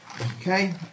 Okay